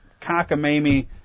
cockamamie